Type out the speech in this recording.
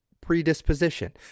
predisposition